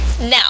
Now